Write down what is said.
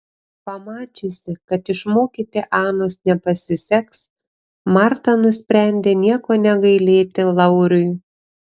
pamačiusi kad išmokyti anos nepasiseks marta nusprendė nieko negailėti lauriui